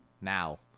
Now